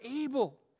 able